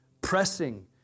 pressing